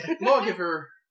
Lawgiver